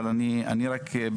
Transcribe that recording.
אבל רק בקצרה,